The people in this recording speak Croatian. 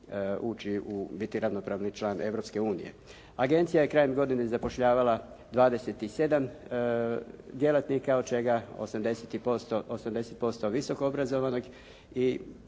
ući, biti ravnopravni član Europske unije. Agencija je krajem godine zapošljavala 27 djelatnika od čega 80% visokoobrazovanog